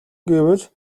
гэвэл